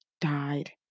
died